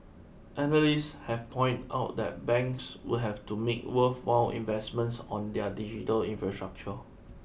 analysts have pointed out that banks would have to make worthwhile investments on their digital infrastructure